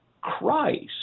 Christ